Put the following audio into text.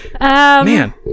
Man